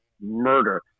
murder